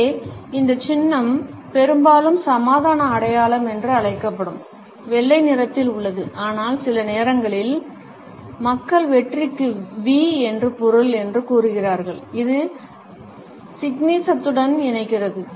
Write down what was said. இங்கே இந்த சின்னம் பெரும்பாலும் சமாதான அடையாளம் என்று அழைக்கப்படும் வெள்ளை நிறத்தில் உள்ளது ஆனால் சில நேரங்களில் மக்கள் வெற்றிக்கு வி என்று பொருள் என்று கூறுகிறார்கள் இது சிக்னிசத்துடன் இணைகிறது